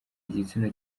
igitsina